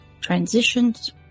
transitions